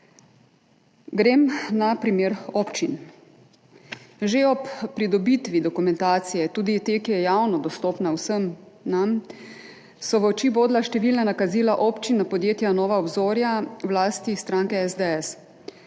Grem na primer občin. Že ob pridobitvi dokumentacije, tudi te, ki je javno dostopna vsem nam, so v oči bodla številna nakazila občin na podjetje Nova obzorja v lasti stranke SDS.